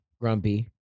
grumpy